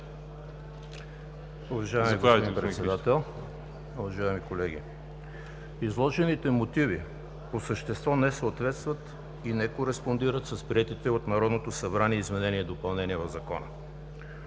Уважаеми господин Председател, уважаеми колеги! Изложените мотиви по същество не съответстват и не кореспондират с приетите от Народното събрание изменения и допълнения в Закона.